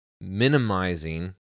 minimizing